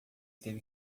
teve